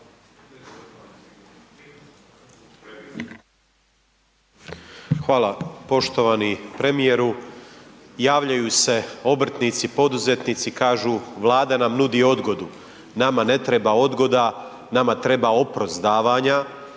Hvala. Poštovani premijeru, javljaju se obrtnici, poduzetnici, kažu Vlada nam nudi odgodu, nama ne treba odgoda, nama treba oprost davanja,